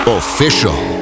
official